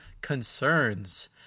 concerns